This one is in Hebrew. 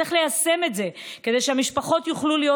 צריך ליישם את זה כדי שהמשפחות יוכלו להיות